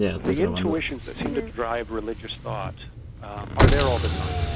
the intuitions that seem to drive religious thought are there all the time,